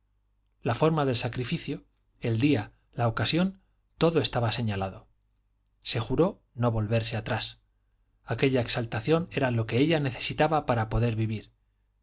la forma del sacrificio el día la ocasión todo estaba señalado se juró no volverse atrás aquella exaltación era lo que ella necesitaba para poder vivir